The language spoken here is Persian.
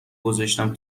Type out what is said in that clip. گذاشتم